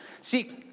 See